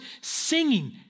singing